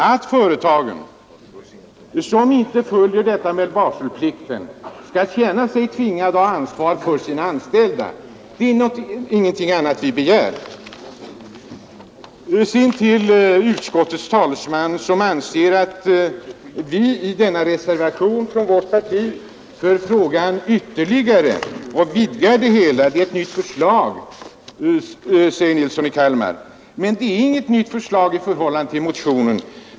De företag som inte följder detta med varselplikten skall känna sig tvingade att ha ansvar för sina anställda. Det är ingenting annat vi begär. Utskottets talesman anser att vi i reservationen vidgar frågan. Det är ett nytt förslag, säger herr Nilsson i Kalmar. Men det är inget nytt förslag i förhållande till motionen.